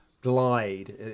glide